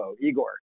Igor